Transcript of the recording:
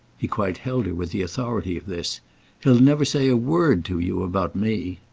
he quite held her with the authority of this he'll never say a word to you about me.